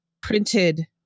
printed